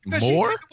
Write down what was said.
more